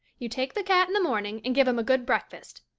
you take the cat in the morning and give him a good breakfast.